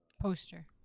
Poster